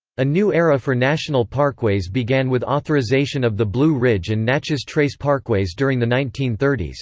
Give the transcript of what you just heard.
a new era for national parkways began with authorization of the blue ridge and natchez trace parkways during the nineteen thirty s.